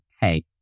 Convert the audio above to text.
hey